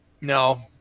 No